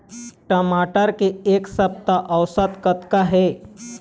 टमाटर के एक सप्ता औसत कतका हे?